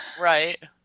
Right